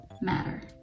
matter